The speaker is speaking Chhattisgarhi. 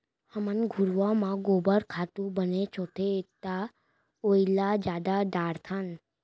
हमन घुरूवा म गोबर खातू बनेच होथे त ओइला जादा डारथन